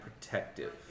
protective